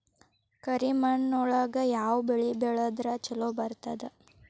ಕರಿಮಣ್ಣೊಳಗ ಯಾವ ಬೆಳಿ ಬೆಳದ್ರ ಛಲೋ ಬರ್ತದ?